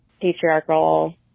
patriarchal